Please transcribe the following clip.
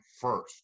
first